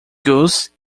goose